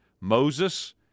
Moses